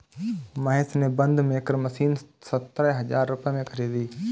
महेश ने bund maker machine सतरह हजार रुपए में खरीदी